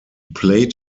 played